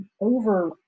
over